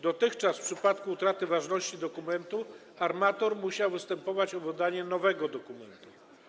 Dotychczas w przypadku utraty ważności dokumentu armator musiał występować o wydanie nowego dokumentu.